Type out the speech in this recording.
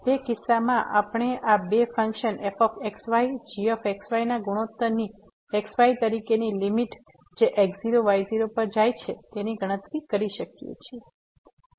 તે કિસ્સામાં આપણે આ બે ફંક્શન fxygxy ના ગુણોત્તરની x y તરીકે લીમીટ જે x0 y0 પર જાય છે તેની ગણતરી કરી શકીએ છીએ